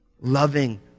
loving